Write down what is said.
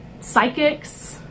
psychics